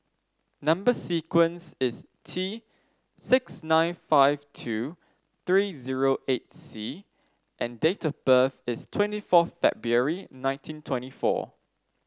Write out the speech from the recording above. number sequence is T six nine five two three zero eight C and date of birth is twenty fourth February nineteen twenty four